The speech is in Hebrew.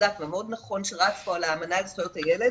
מוצדק והמאוד נכון שרץ פה על האמנה לזכויות הילד